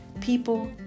people